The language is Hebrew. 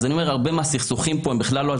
אז אני אומר שהרבה מהסכסוכים פה הם בכלל לא על